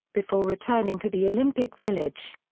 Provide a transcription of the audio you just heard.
before returning to the olympic village.